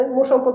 muszą